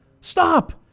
Stop